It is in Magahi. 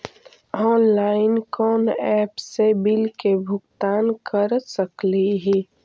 ऑनलाइन कोन एप से बिल के भुगतान कर सकली ही?